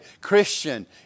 Christian